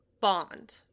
bond